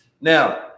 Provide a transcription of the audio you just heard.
now